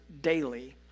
daily